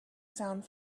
sound